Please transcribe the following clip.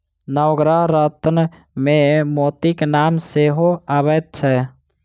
नवग्रह रत्नमे मोतीक नाम सेहो अबैत छै